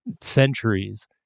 centuries